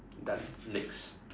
done next